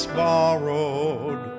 borrowed